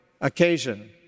occasion